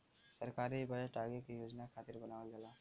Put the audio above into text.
सरकारी बजट आगे के योजना खातिर बनावल जाला